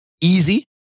easy